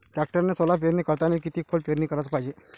टॅक्टरनं सोला पेरनी करतांनी किती खोल पेरनी कराच पायजे?